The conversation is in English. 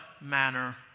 manner